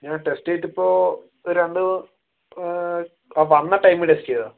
ഞാൻ ടെസ്റ്റ് ചെയ്തിട്ട് ഇപ്പോൾ ഒരു രണ്ട് വന്ന ടൈമിൽ ടെസ്റ്റ് ചെയ്തതാണ്